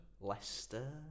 Leicester